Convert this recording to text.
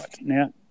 Now